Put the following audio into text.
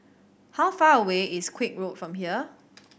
how far away is Koek Road from here